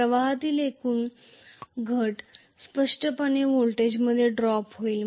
प्रवाहातील एकूण घट स्पष्टपणे व्होल्टेजमध्ये ड्रॉप होईल